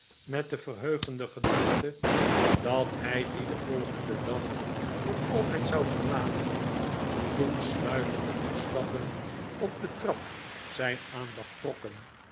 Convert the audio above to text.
met de verheugende gedachte dat hij die den volgenden dag voor altijd zou verlaten toen sluipende voetstappen op de trap zijn aandacht trokken